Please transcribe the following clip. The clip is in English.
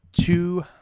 Two